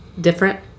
different